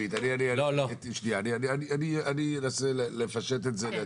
אני אנסה לפשט את זה.